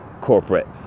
corporate